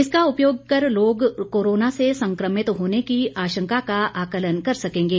इसका उपयोग कर लोग कोरोना से संक्रमित होने की आशंका का आकलन कर सकेंगे